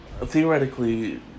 Theoretically